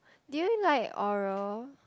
do you like oral